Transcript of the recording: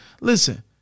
Listen